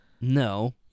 No